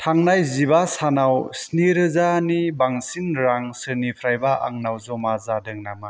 थांनाय जिबा सानाव स्निरोजा नि बांसिन रां सोरनिफ्रायबा आंनाव जमा जादों नामा